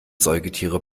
säugetiere